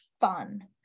fun